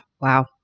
wow